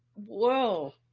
whoa.